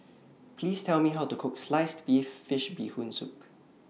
Please Tell Me How to Cook Sliced Fish Bee Hoon Soup